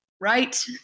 right